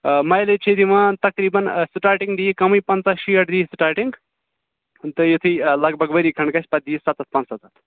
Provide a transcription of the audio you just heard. آ مَیلیج چھےٚ یہِ دِوان تقریٖباً سِٹاٹِنٛگ دی یہِ کَمٕے پنٛژاہ شیٹھ دی یہِ سِٹاٹِنٛگ تہٕ یُتھُے لگ بگ ؤری کھٔںٛد گَژھِ پتہٕ دی یہِ سَتَتھ پانٛژھ سَتَتھ